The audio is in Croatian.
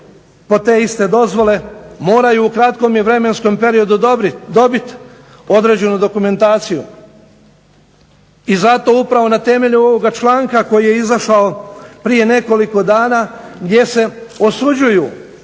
po te iste dozvole moraju u kratkom vremenskom periodu dobit određenu dokumentaciju. Za to upravo na temelju ovoga članka koji je izašao prije nekoliko dana gdje se osuđuju